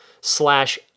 slash